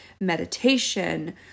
meditation